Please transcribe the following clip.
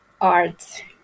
art